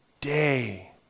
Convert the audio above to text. day